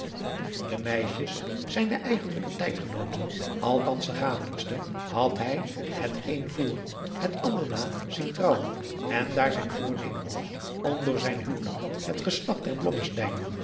de meisjes zijne eigenlijke tijdgenooten althans de gadelijkste had hij het een voor het ander na zien trouwen en daar zijn voornemen was om door adriaan loosjes pzn het leven van johannes wouter blommesteyn zijn huwelijk het geslacht der